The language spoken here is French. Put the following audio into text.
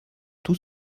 tout